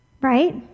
Right